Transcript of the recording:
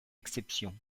exceptions